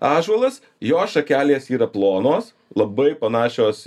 ąžuolas jo šakelės yra plonos labai panašios